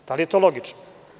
Da li je to logično?